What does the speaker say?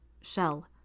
Shell